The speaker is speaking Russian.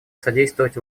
содействовать